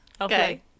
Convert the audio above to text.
Okay